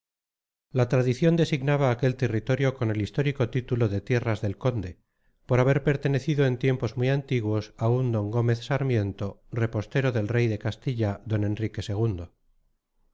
la tradición designaba aquel territorio con el histórico título de tierras del conde por haber pertenecido en tiempos muy antiguos a un d gómez sarmiento repostero del rey de castilla d enrique